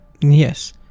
yes